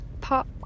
pop